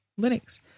Linux